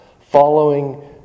following